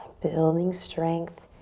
building strength,